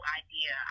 idea